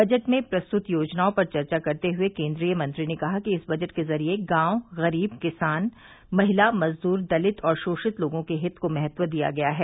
budget में प्रस्तुत योजनाओं पर चर्चा करते हुए केन्द्रीय मंत्री ने कहा कि इस बजट के जरिये गांव गरीब किसान महिला मजदूर दलित और शोषित लोगों के हित को महत्व दिया गया है